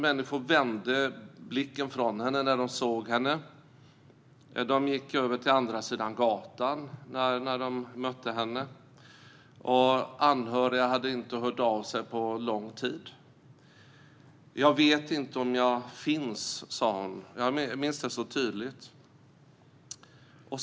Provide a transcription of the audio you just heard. Människor vände bort blicken när de såg henne eller gick över på andra sidan gatan. Anhöriga hade inte hört av sig på lång tid. Jag minns det så tydligt när hon sa: Jag vet inte om jag finns.